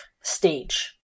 stage